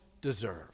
deserve